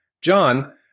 John